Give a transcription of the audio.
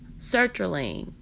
sertraline